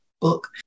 book